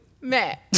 Matt